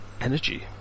Energy